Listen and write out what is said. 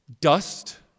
dust